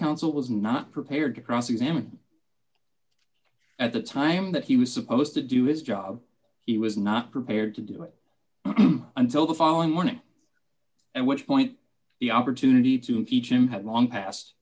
counsel was not prepared to cross examine at the time that he was supposed to do his job he was not prepared to do it until the following morning and which point the opportunity to impeach him had long passed